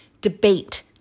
debate